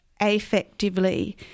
affectively